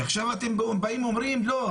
ועכשיו אתם באים ואומרים 'לא,